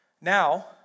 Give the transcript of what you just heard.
Now